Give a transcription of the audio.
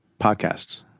podcasts